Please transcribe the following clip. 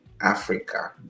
Africa